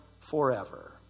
forever